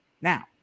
now